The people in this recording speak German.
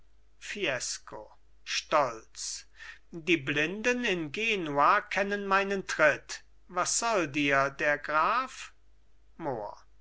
fiesco stolz die blinden in genua kennen meinen tritt was soll dir der graf mohr